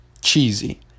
cheesy